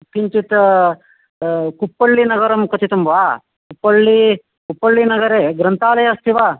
किञ्चित् कुप्पळ्ळि नगरं कथितं वा कुप्पळ्ळी कुप्पळ्ळि नगरे ग्रन्थालयः अस्ति वा